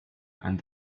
and